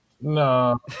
No